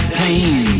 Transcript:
pain